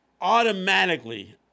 automatically